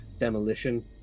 demolition